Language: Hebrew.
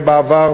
בעבר,